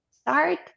start